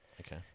Okay